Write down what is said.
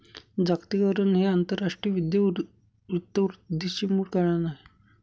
जागतिकीकरण हे आंतरराष्ट्रीय वित्त वृद्धीचे मूळ कारण आहे